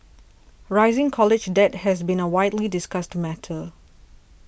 rising college debt has been a widely discussed matter